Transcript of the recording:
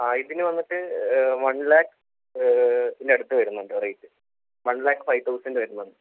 ആ ഇതിന് വന്നിട്ട് വൺ ലാക്ക് ഇതിൻ്റെ അടുത്ത് വരുന്നുണ്ട് ആ rate one lakh five thousand വരുന്നത്